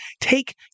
take